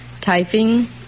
typing